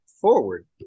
forward